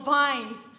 vines